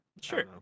Sure